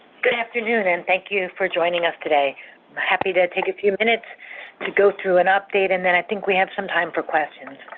good afternoon and thank you for joining us today. i'm happy to take a few minutes to go through an update, and then i think we have some time for questions.